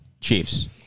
Chiefs